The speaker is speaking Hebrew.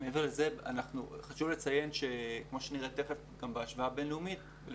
כאן אנחנו רואים השוואה בין-לאומית של